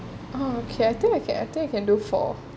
oh okay I think I can I think you can do for